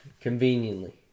conveniently